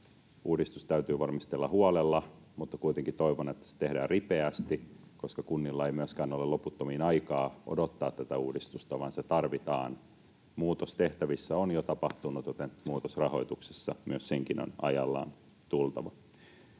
Uudistus täytyy valmistella huolella, mutta kuitenkin toivon, että se tehdään ripeästi, koska kunnilla ei myöskään ole loputtomiin aikaa odottaa tätä uudistusta, vaan se tarvitaan. Muutos tehtävissä on jo tapahtunut, joten myös muutoksen rahoituksessa on ajallaan tultava.